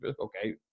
okay